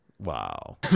wow